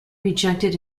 rejected